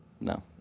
no